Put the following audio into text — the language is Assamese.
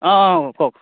অঁ অঁ কওক